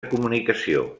comunicació